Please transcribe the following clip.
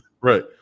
right